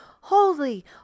holy